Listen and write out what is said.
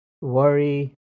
worry